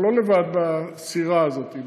אנחנו לא לבד בסירה הזאת,